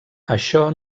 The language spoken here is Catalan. això